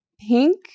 pink